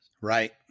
Right